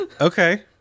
Okay